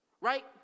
Right